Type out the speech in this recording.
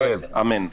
אמן.